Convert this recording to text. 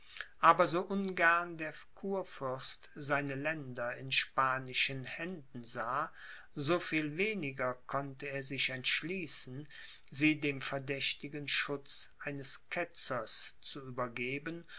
aber so ungern der kurfürst seine länder in spanischen händen sah so viel weniger konnte er sich entschließen sie dem verdächtigen schutz eines ketzers zu